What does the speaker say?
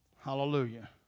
hallelujah